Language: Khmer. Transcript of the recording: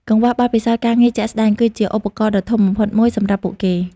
កង្វះបទពិសោធន៍ការងារជាក់ស្តែង គឺជាឧបសគ្គដ៏ធំបំផុតមួយសម្រាប់ពួកគេ។